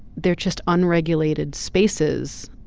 they're just unregulated spaces